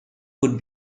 could